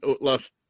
last